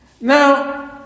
Now